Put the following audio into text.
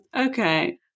Okay